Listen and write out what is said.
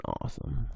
awesome